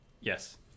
yes